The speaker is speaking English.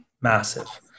massive